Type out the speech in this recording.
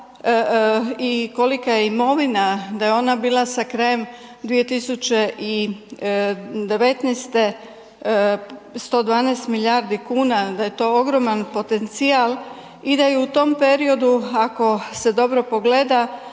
i kolika je imovina, da je ona bila sa krajem 2019. 112 milijardi kuna, da je to ogroman potencijal i da je u tom periodu, ako se dobro pogleda,